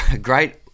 great